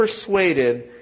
persuaded